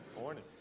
morning